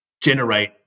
generate